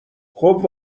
خوب